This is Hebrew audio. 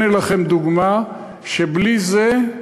הנה לכם דוגמה שבלי זה,